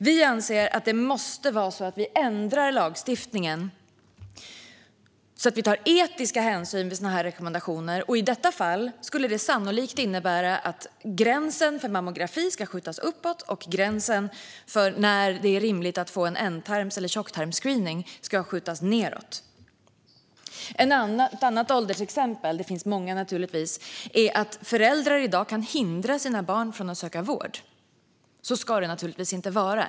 Vi anser att vi måste ändra lagstiftningen så att vi tar etiska hänsyn vid sådana här rekommendationer. I detta fall skulle det sannolikt innebära att gränsen för mammografi ska skjutas uppåt och gränsen för när det är rimligt att få en ändtarms eller tjocktarmsscreening skjutas nedåt. Ett annat åldersexempel - det finns naturligtvis många - är att föräldrar i dag kan hindra sina barn från att söka vård. Så ska det naturligtvis inte vara.